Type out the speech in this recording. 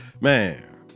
Man